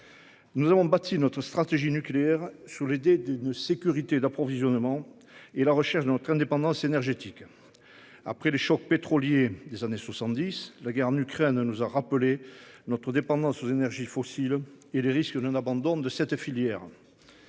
Nous avons bâti notre stratégie nucléaire sous l'idée d'une sécurité d'approvisionnement et la recherche de notre indépendance énergétique. Après les chocs pétroliers des années 70, la guerre en Ukraine nous a rappelé notre dépendance aux énergies fossiles et les risques d'un abandon de cette filière.